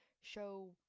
show